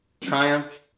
Triumph